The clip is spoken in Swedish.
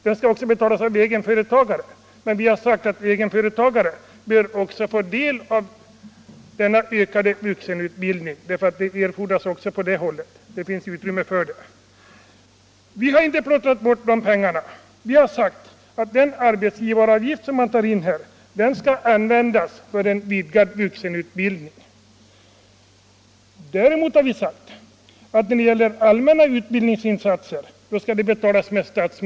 Den skall också betalas av egenföretagarna, och vi har menat att egenföretagare också bör få del av denna ökade vuxenutbildning. Sådan er fordras också på det hållet och det finns utrymme för det. Vi har sagt — Nr 84 att arbetsgivaravgiften skall användas för en vidgad vuxenutbildning men Tisdagen den att allmänna utbildningsinsatser däremot skall betalas med statsmedel.